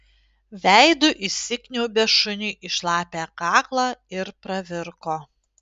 veidu įsikniaubė šuniui į šlapią kaklą ir pravirko